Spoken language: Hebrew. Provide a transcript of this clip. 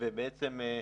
בעצם,